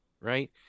right